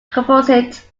composite